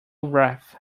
wrath